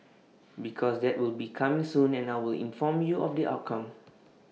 because that will be coming soon and I will inform you of the outcome